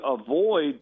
avoid